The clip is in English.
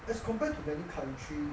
as compared to many country